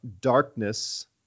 darkness